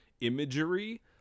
imagery